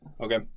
Okay